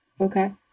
okay